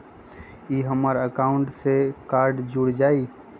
ई हमर अकाउंट से कार्ड जुर जाई?